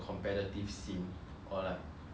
don't really go into the competitive scene